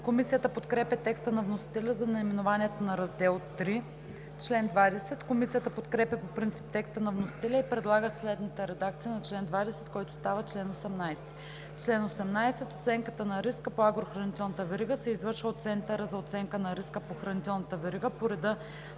Комисията подкрепя текста на вносителя за наименованието на Раздел III. Комисията подкрепя по принцип текста на вносителя и предлага следната редакция на чл. 20, който става чл. 18: „Чл. 18. Оценката на риска по агрохранителната верига се извършва от Центъра за оценка на риска по хранителната верига